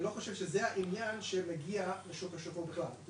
אני לא חושב שזה העניין שמגיע רק לשוק השחור בכלל,